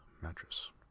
mattress